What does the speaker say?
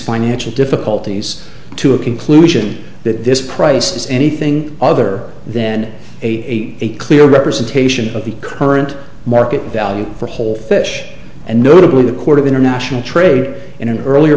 financial difficulties to a conclusion that this price is anything other then a clear representation of the current market value for whole fish and notably the court of international trade in an earlier